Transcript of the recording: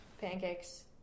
Pancakes